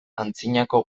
antzinako